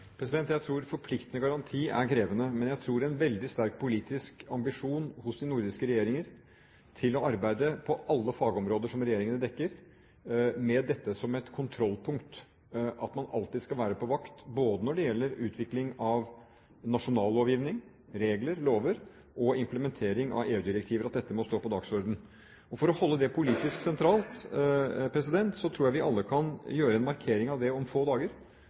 Jeg tror en forpliktende garanti er krevende. Men jeg tror en veldig sterk politisk ambisjon hos de nordiske regjeringer om å arbeide på alle fagområder som regjeringene dekker, med det som et kontrollpunkt at man alltid skal være på vakt når det gjelder både utvikling av nasjonal lovgivning, regler og lover og implementering av EU-direktiver, må stå på dagsordenen. For å holde det politisk sentralt tror jeg vi alle kan gjøre en markering av det om få dager,